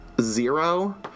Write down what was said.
Zero